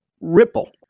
ripple